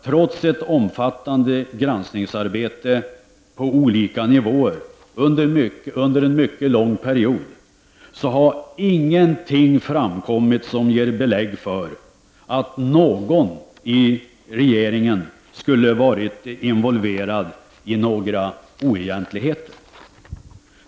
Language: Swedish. Trots ett omfattande granskningsarbete på olika nivåer under en mycket lång period, så har ingenting framkommit som ger belägg för att någon i regeringen skulle ha varit involverad i några oegentligheter.